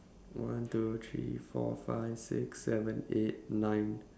one two three four five six seven eight nine